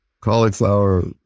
Cauliflower